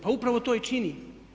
Pa upravo to i činim.